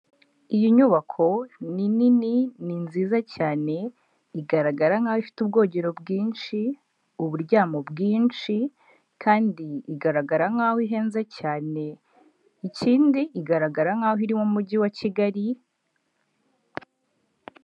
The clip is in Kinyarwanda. Iyi nyubako ni nini, ni nziza cyane igaragara nk'aho ifite ubwogero bwinshi, uburyamo bwinshi kandi igaragara nk'aho ihenze cyane ikindi igaragara nk'aho iri mu mujyi wa Kigali.